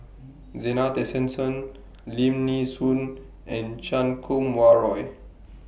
Zena Tessensohn Lim Nee Soon and Chan Kum Wah Roy